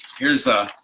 here's, ah,